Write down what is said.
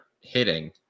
hitting